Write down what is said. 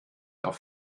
auf